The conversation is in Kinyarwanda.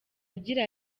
agira